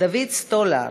דוד סטוליאר,